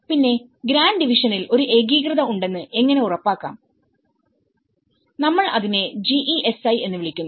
പിന്നെ ഗ്രാൻഡ് ഡിവിഷനിൽ ഒരു ഏകീകൃതത ഉണ്ടെന്ന് എങ്ങനെ ഉറപ്പാക്കാംനമ്മൾ അതിനെ GESI എന്ന് വിളിക്കുന്നു